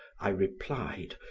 i replied,